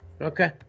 Okay